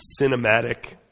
cinematic